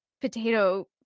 potato